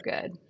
good